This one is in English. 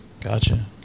gotcha